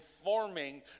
informing